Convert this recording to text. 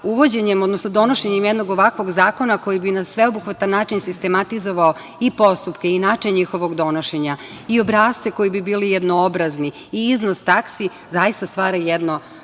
uvođenjem, odnosno donošenjem jednog ovakvog zakona, koji bi na sveobuhvatan način sistematizovao i postupke i način njihovog donošenja i obrasce koji bi bili jednoobrazni i iznos taksi, zaista stvara jedno